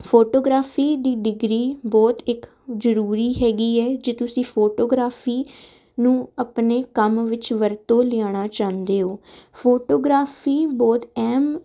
photography ਦੀ degree ਬਹੁਤ ਇੱਕ ਜ਼ਰੂਰੀ ਹੈਗੀ ਹੈ ਜੇ ਤੁਸੀਂ ਫੋਟੋਗ੍ਰਾਫੀ ਨੂੰ ਆਪਣੇ ਕੰਮ ਵਿੱਚ ਵਰਤੋਂ ਲਿਆਉਣਾ ਚਾਹੁੰਦੇ ਹੋ ਫੋਟੋਗ੍ਰਾਫੀ ਬਹੁਤ ਅਹਿਮ